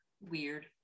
weird